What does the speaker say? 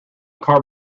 car